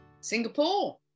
singapore